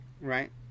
right